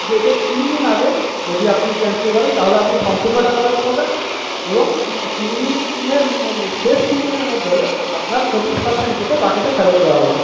ডেটের তিন দিন আগে যদি আপনি ক্যান্সেল করেন তাহলে আপনি সম্পূর্ণ টাকা ফেরত পাবেন এবং তিন দিনের শেষ তিনদিনের মধ্যে হলে আপনার পঁচিশ পারসেন্ট কেটে বাকিটা ফেরত দেওয়া হবে